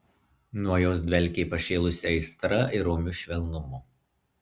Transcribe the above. nuo jos dvelkė pašėlusia aistra ir romiu švelnumu